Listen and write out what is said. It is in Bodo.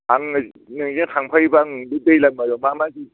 आं नोंजों थांफायोब्ला आं दैलांबारियाव मा मा